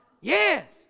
Yes